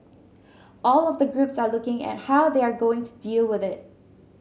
all of the groups are looking at how they are going to deal with it